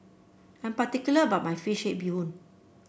I'm particular about my fish head Bee Hoon